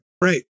Right